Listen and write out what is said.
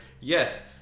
yes